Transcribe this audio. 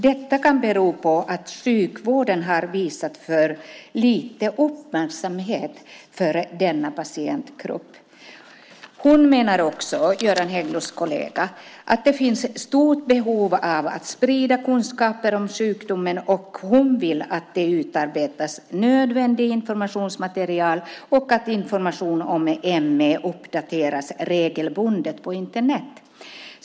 Detta kan bero på att sjukvården har visat för lite uppmärksamhet när det gäller denna patientgrupp. Hon, Göran Hägglunds kollega, menar också att det finns ett stort behov av att sprida kunskap om sjukdomen. Hon vill att det utarbetas nödvändigt informationsmaterial och att information om ME uppdateras regelbundet på Internet.